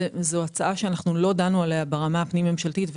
זאת הצעה שלא דנו בה ברמה הפנים-ממשלתית,